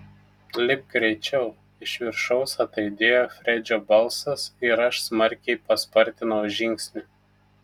lipk greičiau iš viršaus ataidėjo fredžio balsas ir aš smarkiai paspartinau žingsnį